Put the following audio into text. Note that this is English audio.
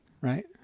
right